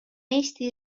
eesti